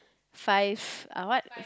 five ah what